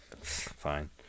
Fine